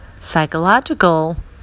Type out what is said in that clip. psychological